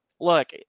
look